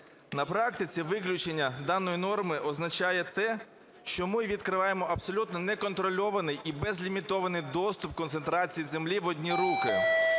На практиці виключення даної норми означає те, що ми відкриваємо абсолютно неконтрольований і безлімітований доступ концентрації землі в одні руки.